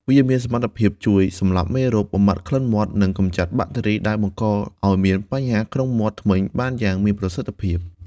វាមានសមត្ថភាពជួយសម្លាប់មេរោគ បំបាត់ក្លិនមាត់ និងកម្ចាត់បាក់តេរីដែលបង្កឲ្យមានបញ្ហាក្នុងមាត់ធ្មេញបានយ៉ាងមានប្រសិទ្ធភាព។